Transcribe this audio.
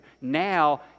Now